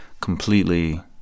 completely